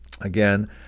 Again